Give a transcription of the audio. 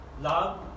love